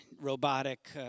robotic